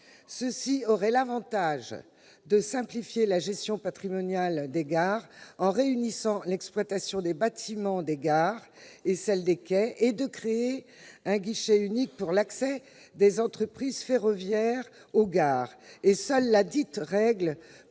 « aurait l'avantage de simplifier la gestion patrimoniale des gares en réunissant l'exploitation des bâtiments des gares et celle des quais, et de créer un guichet unique pour l'accès des entreprises ferroviaires aux gares ». Ce serait un